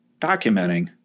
documenting